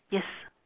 yes